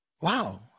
Wow